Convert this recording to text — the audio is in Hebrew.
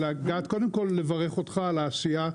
קודם כל לברך אותך על העשייה.